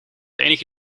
enige